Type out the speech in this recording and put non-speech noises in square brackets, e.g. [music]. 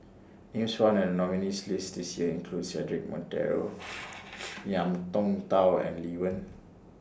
Names found in The nominees' list This Year include Cedric Monteiro [noise] Ngiam Tong Dow and Lee Wen